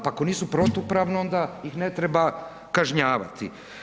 Pa ako nisu protupravna onda ih ne treba kažnjavati.